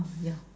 orh ya